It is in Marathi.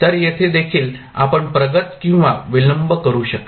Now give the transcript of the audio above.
तर येथे देखील आपण प्रगत किंवा विलंब करू शकता